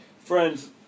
Friends